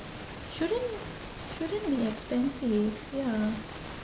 shouldn't shouldn't be expensive ya